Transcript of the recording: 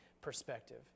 perspective